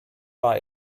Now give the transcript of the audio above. war